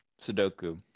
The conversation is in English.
Sudoku